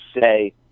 say